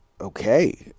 okay